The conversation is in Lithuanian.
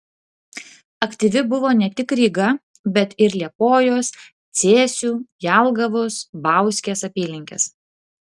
aktyvi buvo ne tik ryga bet ir liepojos cėsių jelgavos bauskės apylinkės